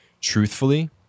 truthfully